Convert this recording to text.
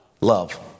Love